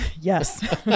yes